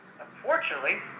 Unfortunately